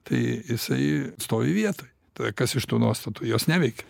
tai jisai stovi vietoj t kas iš tų nuostatų jos neveikia